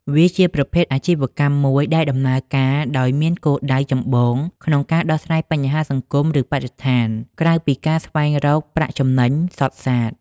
វាជាប្រភេទអាជីវកម្មមួយដែលដំណើរការដោយមានគោលដៅចម្បងក្នុងការដោះស្រាយបញ្ហាសង្គម ឬបរិស្ថាន ក្រៅពីការស្វែងរកប្រាក់ចំណេញសុទ្ធសាធ។